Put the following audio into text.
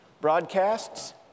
broadcasts